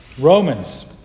Romans